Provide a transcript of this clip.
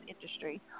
industry